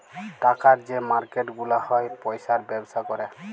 টাকার যে মার্কেট গুলা হ্যয় পয়সার ব্যবসা ক্যরে